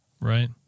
Right